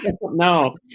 No